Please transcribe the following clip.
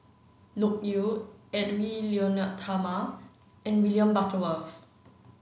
Loke Yew Edwy Lyonet Talma and William Butterworth